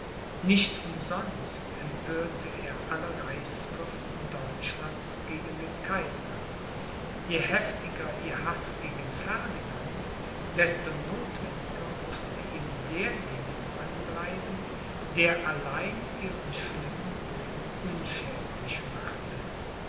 nicht umsonst empörte er alle reichsfürsten deutschlands gegen den kaiser je heftiger ihr haß gegen ferdinand desto nothwendiger mußte ihm derjenige mann bleiben der allein ihren schlimmen willen unschädlich machte